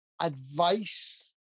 advice